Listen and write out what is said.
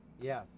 Yes